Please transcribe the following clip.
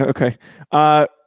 Okay